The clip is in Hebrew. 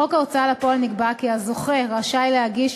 בחוק ההוצאה לפועל נקבע כי הזוכה רשאי להגיש